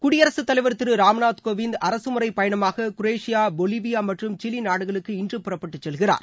குடியரசுத் தலைவர் திரு ராம்நாத் கோவிந்த் அரசு முறைப்பயணமாக குரேஷியா பொலிலியா மற்றும் சிலி நாடுகளுக்கு இன்று புறப்படுகிறார்